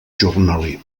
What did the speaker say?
jornaler